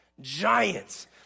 Giants